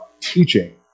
teaching